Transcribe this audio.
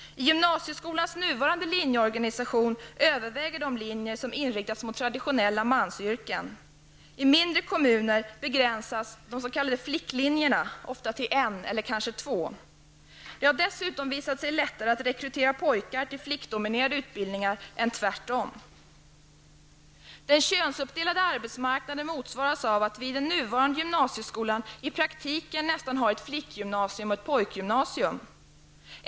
I gymnasieskolans nuvarande linjeorganisation överväger de linjer som inriktas mot traditionella mansyrken. I mindre kommuner begränsas ''flicklinjerna'' ofta till en eller två. Det har dessutom visat sig lättare att rekrytera pojkar till flickdominerade utbildningar än tvärtom. Den könsuppdelade arbetsmarknaden motsvaras av att vi i den nuvarande gymnasieskolan i praktiken nästan har ett flickgymnasium och ett pojkgymnasium.